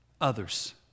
others